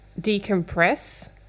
decompress